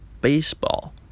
Baseball